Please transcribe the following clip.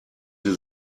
sie